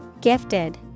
Gifted